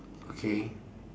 okay